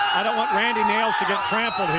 i don't want randy nails to get trampled